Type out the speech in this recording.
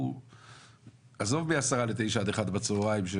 עזוב מ-8:50 עד 13:00 בצהריים,